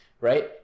right